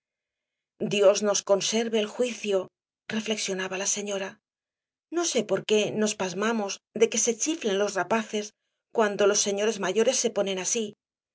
dios nos conserve el juicio reflexionaba la señora no sé por qué nos pasmamos de que se chiflen los rapaces cuando los señores mayores se ponen así